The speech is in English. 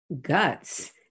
guts